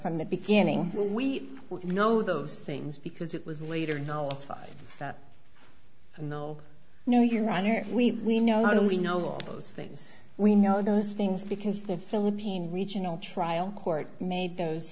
from the beginning we know those things because it was later no no no your honor we know now we know all those things we know those things because the philippine regional trial court made those